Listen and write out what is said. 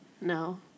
No